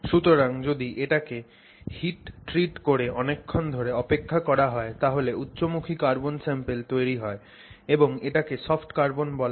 সুতরাং যদি এটাকে হিট ট্রিট করে অনেকক্ষণ ধরে অপেক্ষা করা হয় তাহলে উচ্চমুখী কার্বন স্যাম্পল তৈরি হয় এবং এটাকে সফট কার্বন বলা হয়